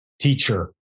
teacher